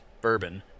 bourbon